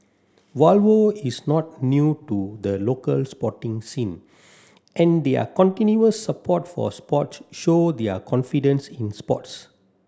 Volvo is not new to the local sporting scene and their continuous support for sports show their confidence in sports